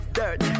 dirt